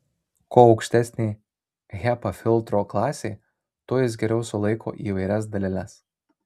kuo aukštesnė hepa filtro klasė tuo jis geriau sulaiko įvairias daleles